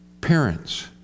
Parents